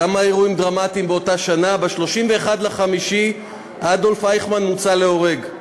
כמה אירועים דרמטיים באותה שנה: ב-31 במאי אדולף אייכמן מוצא להורג,